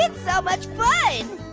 and so much fun.